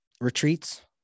retreats